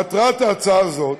מטרת ההצעה הזאת